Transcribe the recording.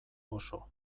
oso